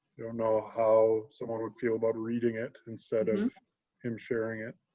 don't know how someone would feel about reading it instead of him sharing it.